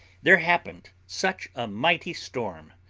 there happened such a mighty storm,